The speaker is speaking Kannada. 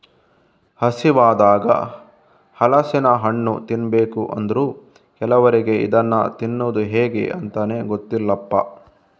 ಹಸಿವಾದಾಗ ಹಲಸಿನ ಹಣ್ಣು ತಿನ್ಬೇಕು ಅಂದ್ರೂ ಕೆಲವರಿಗೆ ಇದನ್ನ ತಿನ್ನುದು ಹೇಗೆ ಅಂತಾನೇ ಗೊತ್ತಿಲ್ಲಪ್ಪ